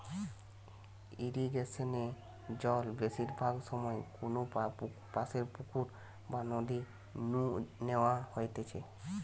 ইরিগেশনে জল বেশিরভাগ সময় কোনপাশের পুকুর বা নদী নু ন্যাওয়া হইতেছে